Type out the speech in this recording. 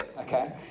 okay